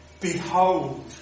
behold